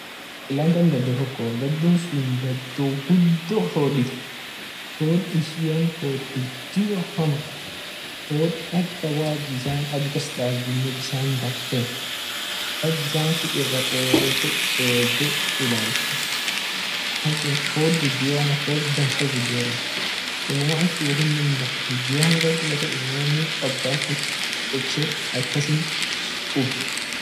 Sri lanka dado toko dado lila hoti hod ishian hod gudio hama hod amtan wo at bisan adhu kas dabd bisan danfe mal bisan sun irra qote egte ilalt bisasun hod gudio hama hod danfa inama ach kubetine laf gudio hama kas kubeta amine kaban ufit toche akasin kubet